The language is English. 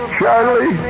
Charlie